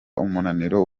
umunaniro